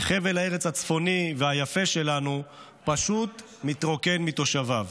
וחבל הארץ הצפוני והיפה שלנו פשוט מתרוקן מתושביו.